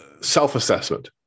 self-assessment